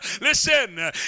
listen